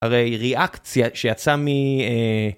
הרי ריאקציה, שיצאה...